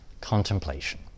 contemplation